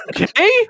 okay